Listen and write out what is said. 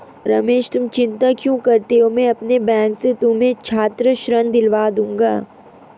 रमेश तुम चिंता क्यों करते हो मैं अपने बैंक से तुम्हें छात्र ऋण दिलवा दूंगा